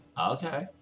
Okay